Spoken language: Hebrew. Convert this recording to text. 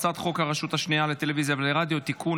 הצעת חוק הרשות השנייה לטלוויזיה ורדיו (תיקון,